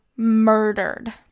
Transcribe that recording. murdered